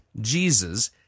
Jesus